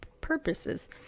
purposes